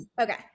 Okay